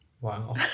Wow